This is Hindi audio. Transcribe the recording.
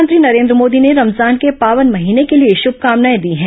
प्रधानमंत्री नरेन्द्र मोदी ने रमजान के पावन महीने के लिए शुभकामनाएं दी हैं